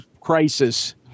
crisis